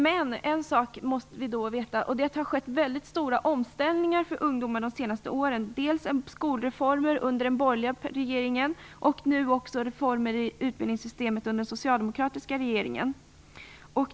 Det har dock skett stora omställningar för ungdomar under de senaste åren; dels skolreformer under den borgerliga perioden, dels reformer i utbildningssystemet under den socialdemokratiska regeringen.